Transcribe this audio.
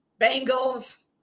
Bengals